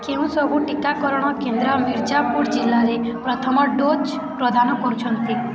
କେଉଁ ସବୁ ଟିକାକରଣ କେନ୍ଦ୍ର ମିର୍ଜାପୁର ଜିଲ୍ଲାରେ ପ୍ରଥମ ଡୋଜ୍ ପ୍ରଦାନ କରୁଛନ୍ତି